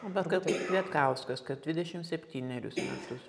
bet kad ir kvietkauskas kas dvidešim septynerius metus